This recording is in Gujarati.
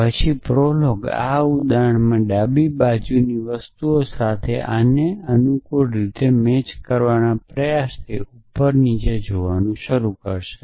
પછી પ્રોલોગ આ ઉદાહરણમાં ડાબી બાજુની વસ્તુઓ સાથે આને અનુકૂળ રીતે મેચ કરવાના પ્રયાસથી ઉપરથી નીચે જોવાનું શરૂ કરે છે